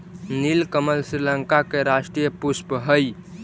नीलकमल श्रीलंका के राष्ट्रीय पुष्प हइ